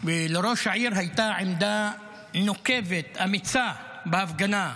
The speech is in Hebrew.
לראש העירייה הייתה עמדה נוקבת, אמיצה, בהפגנה.